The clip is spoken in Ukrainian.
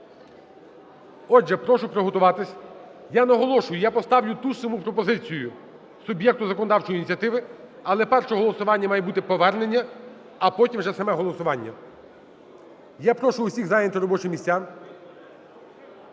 Отже, прошу приготуватись. Я наголошую, я поставлю ту саму пропозицію: суб'єкту законодавчої ініціативи. Але перше голосування має бути повернення, а потім вже саме голосування. Я прошу всіх зайняти робочі місця.